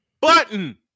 button